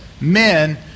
Men